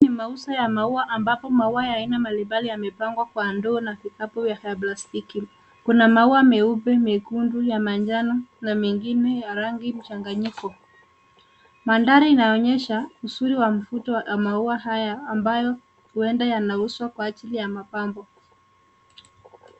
Hii ni mauzo ya maua ambapo maua ya aina mbalimbali yamepangwa kwa ndoo na vikapu vya plastiki . Kuna maua mekundu, meupe, ya manjano na mengine ya rangi mchanganyiko. Mandhari inaonyesha uzuri wa mvuto wa maua haya ambayo huenda yanauzwa kwa ajili ya mapambo.